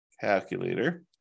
Calculator